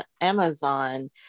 amazon